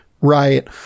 right